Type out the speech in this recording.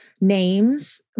names